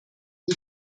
die